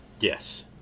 Yes